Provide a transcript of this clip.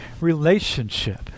relationship